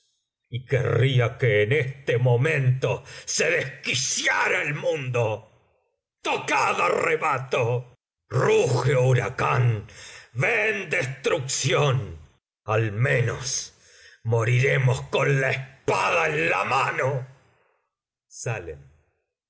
y querría que en este momento se desquiciara el mundo tocad á rebato ruge huracán ven destrucción al menos moriremos con la espada en la mano